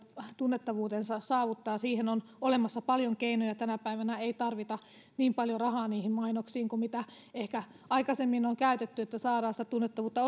tunnettavuutensa saavuttaa on olemassa paljon keinoja tänä päivänä ei tarvita niin paljon rahaa mainoksiin kuin mitä ehkä aikaisemmin on käytetty että saadaan sitä tunnettavuutta